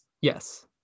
yes